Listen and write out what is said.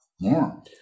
More